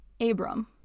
Abram